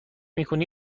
میکنی